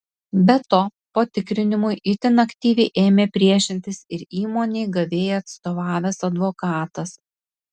be to patikrinimui itin aktyviai ėmė priešintis ir įmonei gavėjai atstovavęs advokatas